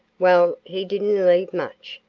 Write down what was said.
well, he didn't leave much,